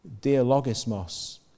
dialogismos